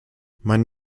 mein